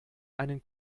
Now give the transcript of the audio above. einen